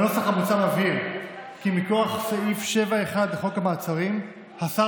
הנוסח המוצע מבהיר כי מכוח סעיף 7(1) לחוק המעצרים השר